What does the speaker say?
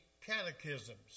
catechisms